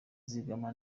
zigama